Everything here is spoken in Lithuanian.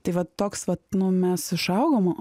tai vat toks vat nu mes išaugom